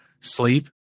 sleep